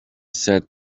said